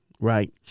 right